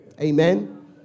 Amen